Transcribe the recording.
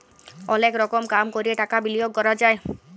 অলেক রকম কাম ক্যরে টাকা বিলিয়গ ক্যরা যায়